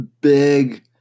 big